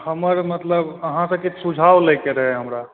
हमर मतलब अहाँकेॅं किछु सुझाव लए कऽ रहय हमरा